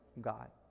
God